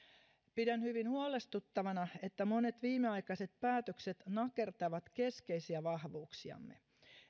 pidän hyvin huolestuttavana että monet viimeaikaiset päätökset nakertavat keskeisiä vahvuuksiamme